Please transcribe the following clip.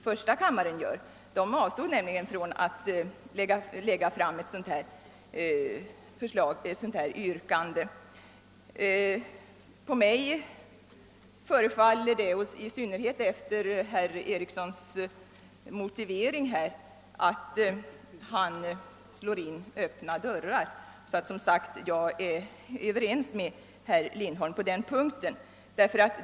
Förstakammarledamöterna avstod nämligen från att framlägga något särskilt yrkande. Det förefaller mig — i synnerhet efter herr Ericsons motivering — som om han slår in öppna dörrar. Jag är överens med herr Lindholm vad det gäller hans uppfattning om det här skriftliga yrkandet.